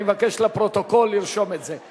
אני מבקש, לפרוטוקול, לרשום את זה.